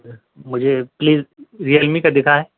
مجھے please Realme کا دیکھائیں